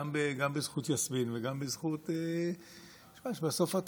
גם בזכות יסמין וגם בזכות זה שבסוף אתה